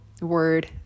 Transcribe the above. word